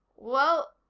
well,